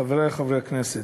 חברי חברי הכנסת,